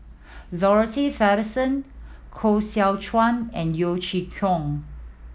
Dorothy Tessensohn Koh Seow Chuan and Yeo Chee Kiong